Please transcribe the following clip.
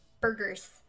Burgers